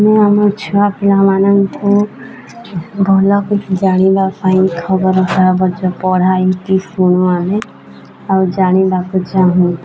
ଆମେ ଆମ ଛୁଆପିଲାମାନଙ୍କୁ ଭଲ କି ଜାଣିବା ପାଇଁ ଖବର କାଗଜ ପଢ଼ାଇକି ଶୁଣୁ ଆମେ ଆଉ ଜାଣିବାକୁ ଚାହୁଁ